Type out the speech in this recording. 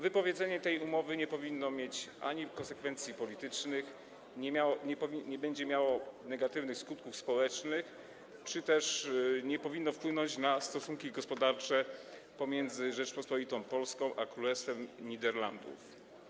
Wypowiedzenie tej umowy nie powinno mieć konsekwencji politycznych, nie będzie też miało negatywnych skutków społecznych ani nie powinno wpłynąć na stosunki gospodarcze pomiędzy Rzecząpospolitą Polską a Królestwem Niderlandów.